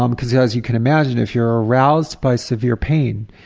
um because yeah as you can imagine, if you're aroused by severe pain,